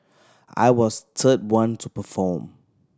I was the third one to perform